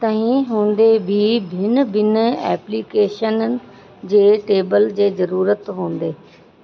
तंहिं हूंदे बि भिन भिन एप्लिकेशननि जे टेबल जे जरूरत हूंदे